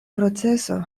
proceso